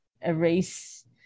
erase